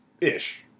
ish